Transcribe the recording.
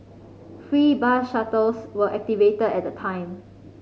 free bus shuttles were activated at the time